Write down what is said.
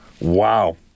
Wow